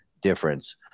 difference